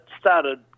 started